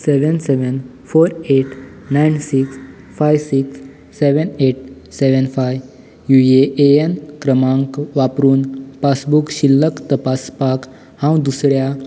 seven seven four eight nine six five six seven eight seven five UAN क्रमांक वापरून passbook शिल्लक तपासपाक हांव दुसऱ्या